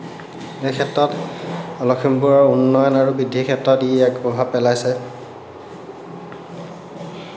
এই ক্ষেত্ৰত লখিমপুৰৰ উন্নয়ন আৰু বৃদ্ধি ক্ষেত্ৰত ই এক প্ৰভাৱ পেলাইছে